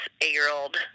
eight-year-old